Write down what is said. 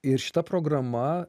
ir šita programa